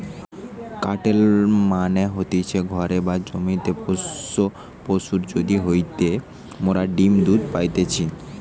কাটেল মানে হতিছে ঘরে বা জমিতে পোষ্য পশু যাদির হইতে মোরা ডিম্ দুধ পাইতেছি